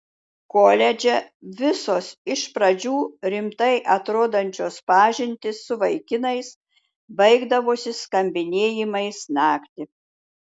koledže visos iš pradžių rimtai atrodančios pažintys su vaikinais baigdavosi skambinėjimais naktį